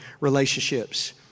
relationships